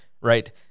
right